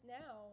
now